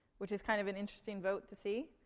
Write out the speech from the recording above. which is kind of an interesting vote to see.